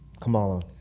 Kamala